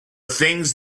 things